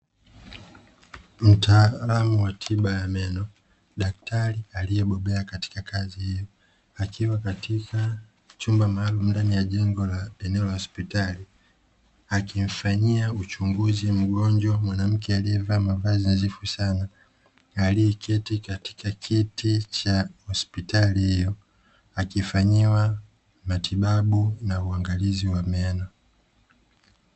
Mtaalamu wa tiba ya meno daktari aliyebobea katika kazi hiyo akiwa katika chumba maalumu ndani ya jengo la eneo la hospitali, akimfanyia uchunguzi mgonjwa mwanamke aliyevaa mavazi nadhifu sana aliyeketi katika kiti cha hospitali hiyo akifanyiwa matibabu na uangalizi wa meno.